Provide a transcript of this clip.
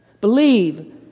Believe